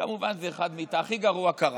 כמובן שהכי גרוע קרה.